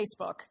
Facebook